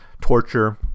Torture